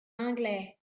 anglais